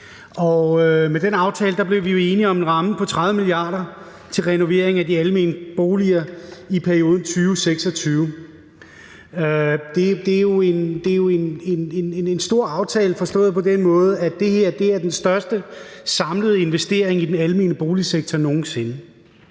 Med den aftale blev vi jo enige om en ramme på 30 mia. kr. til renovering af de almene boliger i perioden frem til 2026. Det er jo en stor aftale forstået på den måde, at det her er den største samlede investering i den almene boligsektor nogen sinde.